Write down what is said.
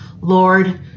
Lord